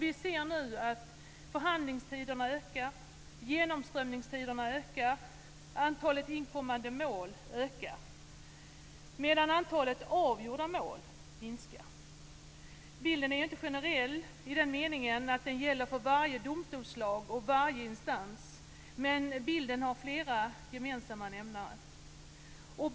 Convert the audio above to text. Vi ser nu att förhandlingstiderna, genomströmningstiderna och antalet inkommande mål ökar medan antalet avgjorda mål minskar. Bilden är inte generell i den meningen att den gäller för varje domstolsslag och varje instans, men bilden har flera gemensamma nämnare.